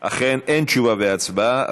אכן, אין תשובה והצבעה.